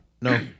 No